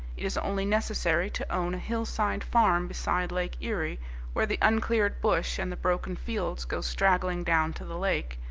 it is only necessary to own a hillside farm beside lake erie where the uncleared bush and the broken fields go straggling down to the lake,